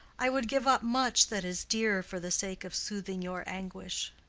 i would give up much that is dear for the sake of soothing your anguish.